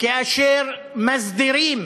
כאשר מסדירים